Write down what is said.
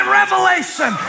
revelation